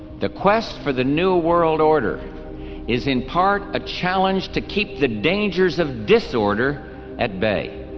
the quest for the new world order is in part a challenge to keep the dangers of disorder at bay.